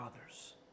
others